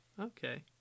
Okay